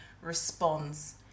responds